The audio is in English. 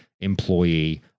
employee